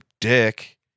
dick